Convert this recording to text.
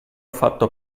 fatto